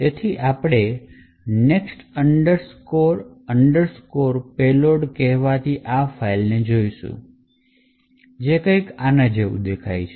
તેથી અમે next underscore payload કહેવાતી આ ફાઇલને જોશે જે કંઈક આના જેવું દેખાય છે